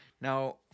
Now